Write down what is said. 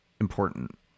important